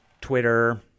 Twitter